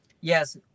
Yes